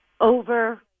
over